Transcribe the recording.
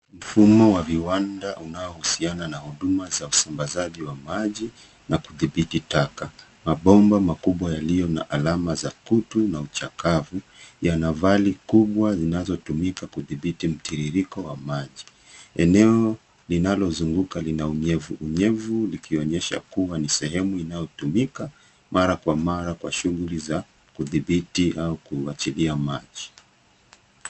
Mfumo wa viwanda unaohusiana na huduma za usambazaji wa maji na kudhibiti taka. Mabomba makubwa yaliyo na alama za kutu na uchakavu yana vali kubwa zinazotumika kudhibiti mtiririko wa maji. Eneo linalozunguka lina unyevuunyevu likionyesha kuwa ni sehemu inayotumika mara kwa mara kwa shughuli za kudhibiti au kuachilia maji.